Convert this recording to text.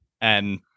And-